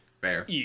Fair